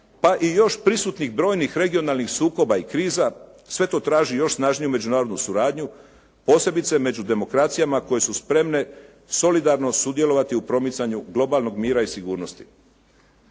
pa i još prisutnih brojnih regionalnih sukoba i kriza, sve to traži još snažniju međunarodnu suradnju, posebice među demokracijama koje su spremne solidarno sudjelovati u promicanju globalnog mira i sigurnosti.